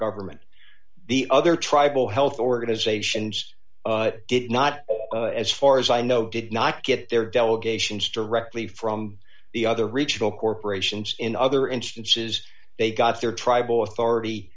government the other tribal health organizations did not as far as i know did not get their delegations directly from the other regional corporations in other instances they got their tribal authority